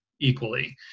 equally